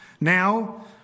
Now